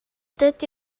dydy